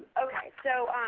ok. so